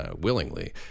Willingly